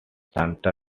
santa